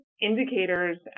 indicators